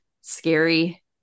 scary